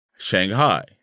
Shanghai